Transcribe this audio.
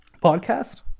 podcast